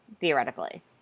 theoretically